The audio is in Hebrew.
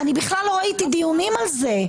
בכלל לא ראיתי דיונים על זה.